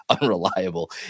unreliable